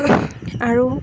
আৰু